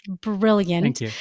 brilliant